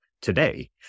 Today